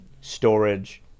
storage